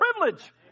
privilege